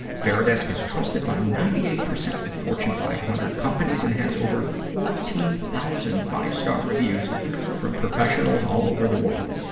varidesk is trusted by ninety eight percent of fortune five hundred companies and has over fourteen thousand five-star reviews from professionals all over the world.